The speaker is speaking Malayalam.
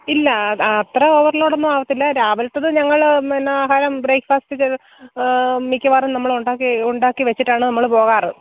ഇല്ല അത്ര ഓവര് ലോഡൊന്നും ആവത്തില്ല രാവിലത്തേത് ഞങ്ങൾ പിന്നെ ആഹാരം ബ്രേക്ക്ഫാസ്റ്റ് മിക്കവാറും നമ്മളുണ്ടാക്കി ഉണ്ടാക്കി വെച്ചിട്ടാണ് നമ്മൾ പോകാറ്